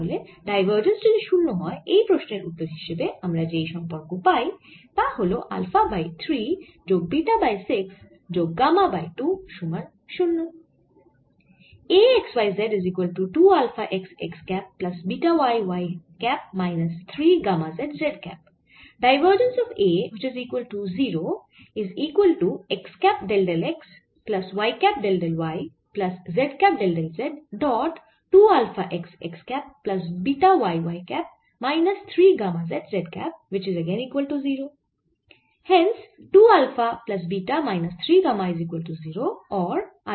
তাহলে ডাইভারজেন্স যদি শূন্য হয় এই প্রশ্নের উত্তর হিসেবে আমরা যেই সম্পর্ক পাই তা হল আলফা বাই 3 যোগ বিটা বাই 6 যোগ গামা বাই 2 সমান 0